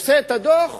עושה את הדוח,